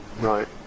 right